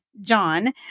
John